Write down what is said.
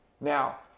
Now